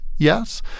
Yes